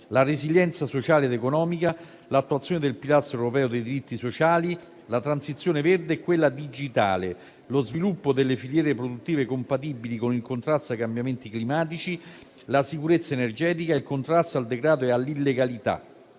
la resilienza sociale ed economica, l'attuazione del pilastro europeo dei diritti sociali, la transizione verde e quella digitale, lo sviluppo delle filiere produttive compatibili con il contrasto ai cambiamenti climatici, la sicurezza energetica e il contrasto al degrado e all'illegalità.